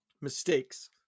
mistakes